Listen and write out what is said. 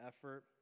effort